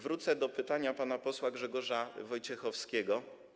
Wrócę do pytania pana posła Grzegorza Wojciechowskiego.